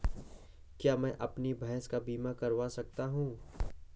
क्या मैं अपनी भैंस का बीमा करवा सकता हूँ?